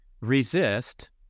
resist